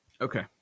Okay